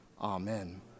Amen